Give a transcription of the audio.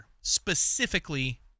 Specifically